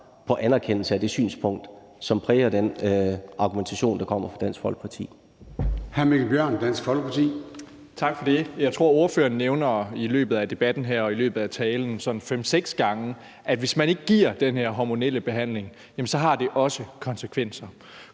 på anerkendelse af det synspunkt, som præger den argumentation, der kommer fra Dansk Folkeparti.